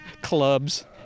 clubs